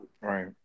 Right